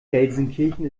gelsenkirchen